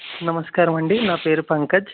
నమస్కారం అండీ నా పేరు పంకజ్